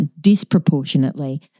disproportionately